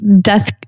death